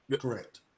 Correct